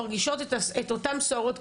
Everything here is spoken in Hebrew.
מרגישות את אותן סוהרות,